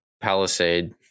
palisade